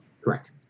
correct